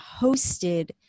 hosted